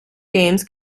games